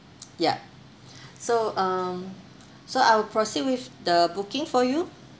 yup so um so I will proceed with the booking for you